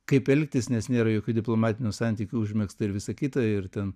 kaip elgtis nes nėra jokių diplomatinių santykių užmegzta ir visa kita ir ten